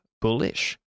Bullish